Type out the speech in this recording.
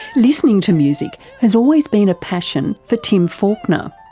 listening to music has always been a passion for tim falconer,